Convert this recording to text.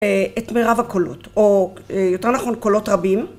את מירב הקולות או יותר נכון קולות רבים